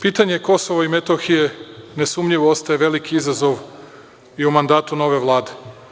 Pitanje Kosova i Metohije nesumnjivo ostaje veliki izazov i u mandatu nove Vlade.